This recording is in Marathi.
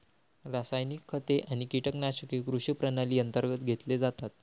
रासायनिक खते आणि कीटकनाशके कृषी प्रणाली अंतर्गत घेतले जातात